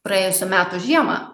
praėjusių metų žiemą